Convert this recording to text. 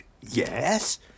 yes